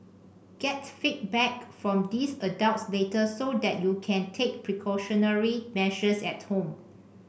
get feedback from these adults later so that you can take precautionary measures at home